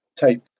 type